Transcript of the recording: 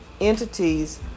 entities